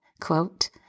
quote